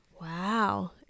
Wow